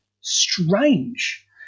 strange